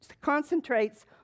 concentrates